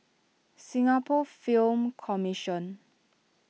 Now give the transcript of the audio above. Singapore Film Commission